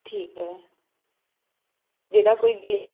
ਠੀਕ ਹੈ ਜਿਹੜਾ ਕੋਈ